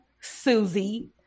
Susie